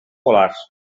polars